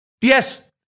Yes